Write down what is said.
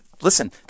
listen